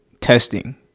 testing